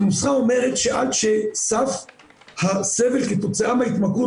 הנוסחה אומרת שעד שסף הסבל כתוצאה מההתמכרות